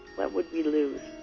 what would we lose?